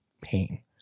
pain